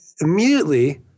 immediately